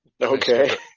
Okay